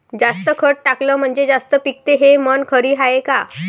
जास्त खत टाकलं म्हनजे जास्त पिकते हे म्हन खरी हाये का?